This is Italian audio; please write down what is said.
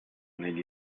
negli